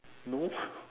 no